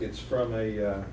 it's from a